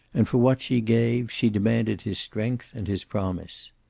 and for what she gave, she demanded his strength and his promise.